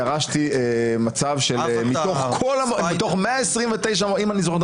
ירשתי מצב שמתוך 129 אם אני זוכר את